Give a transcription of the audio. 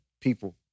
people